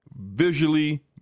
visually